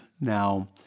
Now